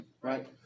right